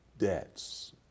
debts